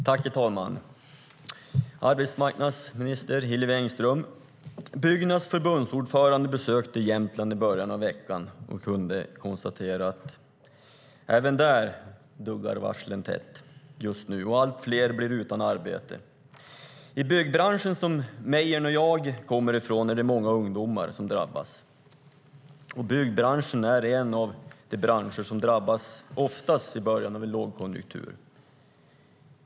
Herr talman! Arbetsmarknadsminister Hillevi Engström! Byggnads förbundsordförande besökte Jämtland i början av veckan och kunde konstatera att även där duggar varslen tätt just nu, och allt fler blir utan arbete. I byggbranschen, som Mejern och jag kommer ifrån, är det många ungdomar som drabbas. Byggbranschen är en av de branscher som drabbas oftast i början av en lågkonjunktur.